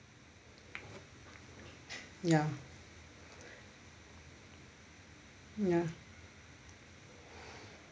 ya ya